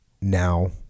now